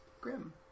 grim